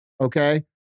okay